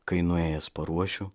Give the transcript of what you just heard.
kai nuėjęs paruošiu